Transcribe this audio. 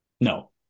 No